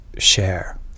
share